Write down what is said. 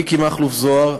מיקי מכלוף זוהר,